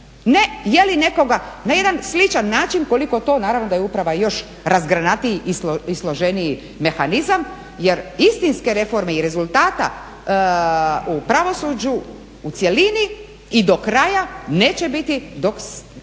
Ne je li nekoga, na jedan sličan način koliko to naravno da je uprava još razgranatiji i složeniji mehanizam. Jer istinske reforme i rezultata u pravosuđu u cjelini i do kraja neće biti dok